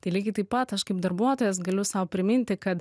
tai lygiai taip pat aš kaip darbuotojas galiu sau priminti kad